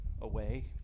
away